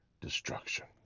destruction